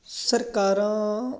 ਸਰਕਾਰਾਂ